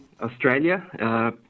Australia